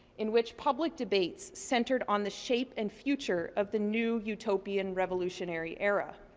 in which public debates centered on the shape and future of the new utopian revolutionary era.